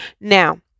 Now